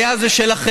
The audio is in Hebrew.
הבעיה היא שלכם.